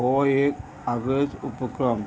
हो एक आग्रज उपक्रम